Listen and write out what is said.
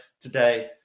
today